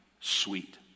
sweet